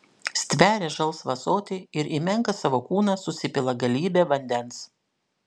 stveria žalsvą ąsotį ir į menką savo kūną susipila galybę vandens